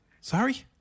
Sorry